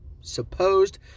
supposed